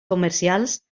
comercials